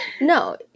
no